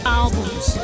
albums